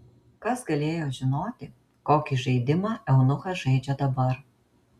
kas galėjo žinoti kokį žaidimą eunuchas žaidžia dabar